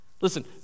Listen